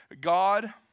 God